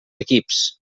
equips